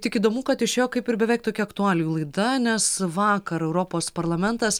tik įdomu kad išėjo kaip ir beveik tokia aktualijų laida nes vakar europos parlamentas